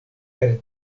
per